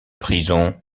prison